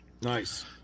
Nice